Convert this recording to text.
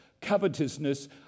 covetousness